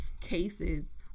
cases